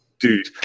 Dude